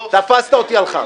תפסת אותי על חם.